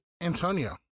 Antonio